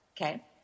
okay